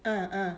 ah ah